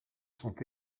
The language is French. sont